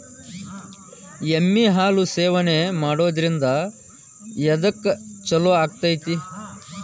ಎಮ್ಮಿ ಹಾಲು ಸೇವನೆ ಮಾಡೋದ್ರಿಂದ ಎದ್ಕ ಛಲೋ ಆಕ್ಕೆತಿ?